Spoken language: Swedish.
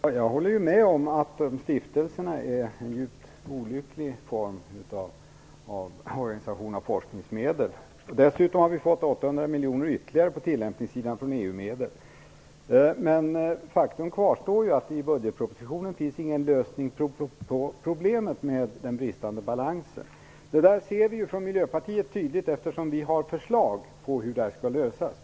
Herr talman! Jag håller med om att stiftelserna är en djupt olycklig form för organisation av forskningsmedel. Dessutom har vi fått ytterligare 800 miljoner av EU-medel på tillämpningssidan. Men faktum kvarstår, i budgetpropositionen finns ingen lösning på problemet med den bristande balansen. Det ser vi från Miljöpartiet tydligt, eftersom vi har förslag på hur detta skall lösas.